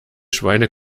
schweine